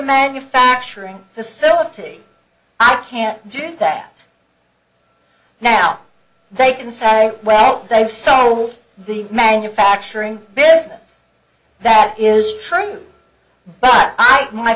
manufacturing facility i can't do that now they can say well they saw how the manufacturing business that is true but i